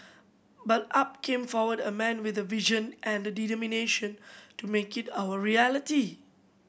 but up came forward a man with a vision and the determination to make it our reality